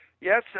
Yes